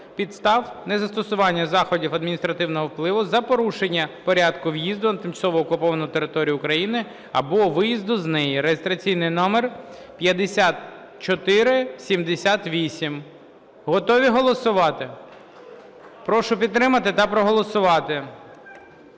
підстав незастосування заходів адміністративного впливу за порушення порядку в’їзду на тимчасово окуповану територію України або виїзду з неї (реєстраційний номер 5478). Готові голосувати? Прошу підтримати та проголосувати.